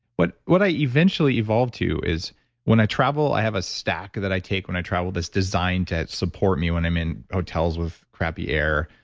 what what i eventually evolved to is when i travel, i have a stack that i take when i travel that's designed to support me when i'm in hotels with crappy air,